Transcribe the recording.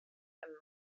and